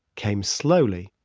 came slowly.